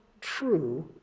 true